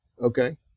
Okay